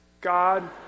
God